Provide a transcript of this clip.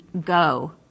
go